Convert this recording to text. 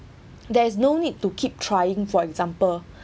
there is no need to keep trying for example